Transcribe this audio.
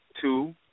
Two